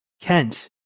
kent